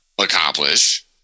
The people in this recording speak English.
accomplish